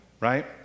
right